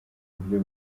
buryo